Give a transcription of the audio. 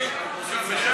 האופוזיציה.